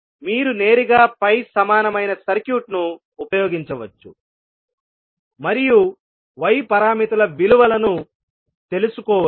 మీరు నేరుగా పై సమానమైన సర్క్యూట్ను ఉపయోగించవచ్చు మరియు y పారామితుల విలువలను తెలుసుకోవచ్చు